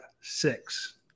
six